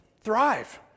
thrive